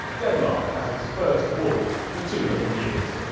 denmark has its first wolf for two hundred years.